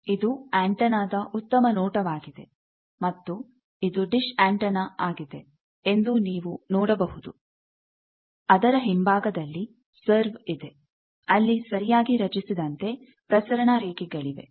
ಇದು ಆಂಟಿನಾದ ಉತ್ತಮ ನೋಟವಾಗಿದೆ ಮತ್ತು ಇದು ಡಿಶ್ ಆಂಟೆನಾ ಆಗಿದೆ ಎಂದು ನೀವು ನೋಡಬಹುದು ಅದರ ಹಿಂಭಾಗದಲ್ಲಿ ಸರ್ವ ಇದೆ ಅಲ್ಲಿ ಸರಿಯಾಗಿ ರಚಿಸಿದಂತೆ ಪ್ರಸರಣ ರೇಖೆಗಳಿವೆ